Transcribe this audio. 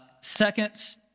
seconds